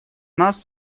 нас